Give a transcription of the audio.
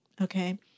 Okay